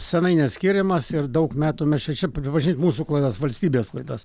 senai neskiriamas ir daug metų mes čia čia pripažink mūsų klaidas valstybės klaidas